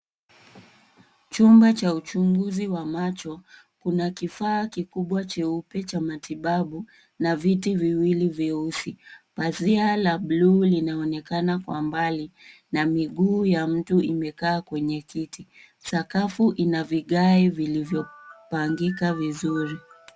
Chumba cha uchunguzi wa macho. Kuna kifaa cheupe kikubwa cha matibabu na viti viwili vyeusi. Pazi la blue linaonekana kwa mbali na miguu ya mtu imekaa kwenye kiti. Sakafu ina vigae vilivyopangika vizuri.